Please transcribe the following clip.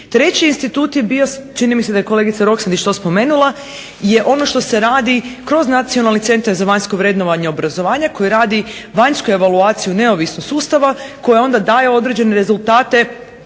Treći institut je bio, čini mi se da je kolegica Roksandić to spomenula, je ono što se radi kroz Nacionalni centar za vanjsko vrednovanje obrazovanja koje radi vanjsku evaluaciju neovisnog sustava koja onda daje određene rezultate